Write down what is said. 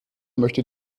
möchte